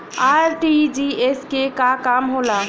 RTGS के का काम होला?